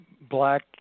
black